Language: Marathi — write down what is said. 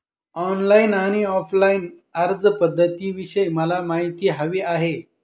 ऑनलाईन आणि ऑफलाईन अर्जपध्दतींविषयी मला माहिती हवी आहे